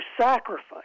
sacrifice